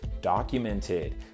documented